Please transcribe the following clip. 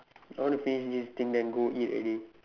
I want to finish this thing then go eat already